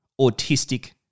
autistic